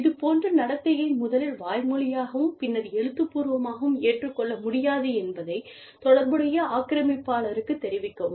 இது போன்ற நடத்தையை முதலில் வாய்மொழியாகவும் பின்னர் எழுத்துப்பூர்வமாகவும் ஏற்றுக்கொள்ள முடியாது என்பதைத் தொடர்புடைய ஆக்கிரமிப்பாளருக்குத் தெரிவிக்கவும்